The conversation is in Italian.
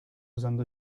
usando